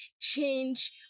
change